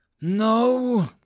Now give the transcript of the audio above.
No